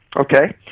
Okay